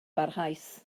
barhaus